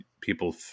people